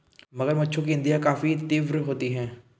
मगरमच्छों की इंद्रियाँ काफी तीव्र होती हैं